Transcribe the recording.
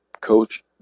Coach